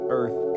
earth